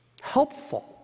Helpful